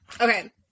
Okay